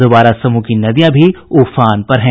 अधवारा समूह की नदियां भी उफान पर है